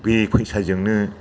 बे फैसाजोंनो